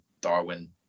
Darwin